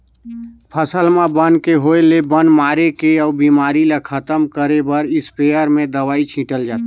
फसल म बन के होय ले बन मारे के अउ बेमारी ल खतम करे बर इस्पेयर में दवई छिटल जाथे